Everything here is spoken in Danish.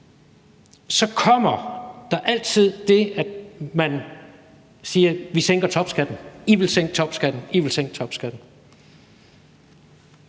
så kommer der altid det, at man siger: I vil sænke topskatten, I vil sænke topskatten. Vil hr. Malte